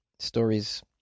Stories